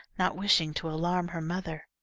not wishing to alarm her mother.